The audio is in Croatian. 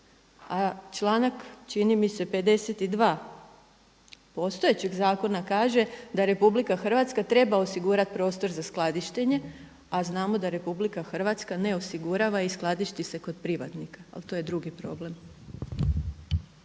a članak čini mi se 52. postojećeg zakona kaže da Republika Hrvatska treba osigurat prostor za skladištenje. A znamo da Republika Hrvatske ne osigurava i skladišti se kod privatnika, ali to je drugi problem.